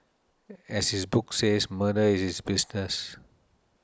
as his book says Murder is his business